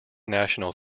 national